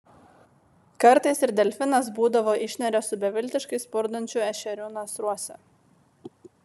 kartais ir delfinas būdavo išneria su beviltiškai spurdančiu ešeriu nasruose